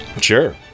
Sure